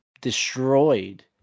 destroyed